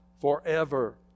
forever